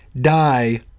die